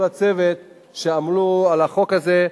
ולכל הצוות שעמל על החוק הזה,